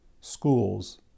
schools